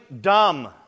dumb